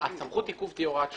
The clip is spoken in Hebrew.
שסמכות עיכוב תהיה הוראת שעה.